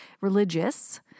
religious